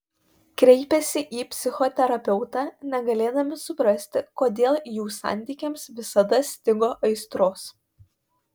kreipėsi į psichoterapeutą negalėdami suprasti kodėl jų santykiams visada stigo aistros